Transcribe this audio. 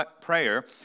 prayer